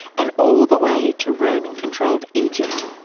and all the way to roman controlled egypt.